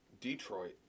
Detroit